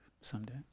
someday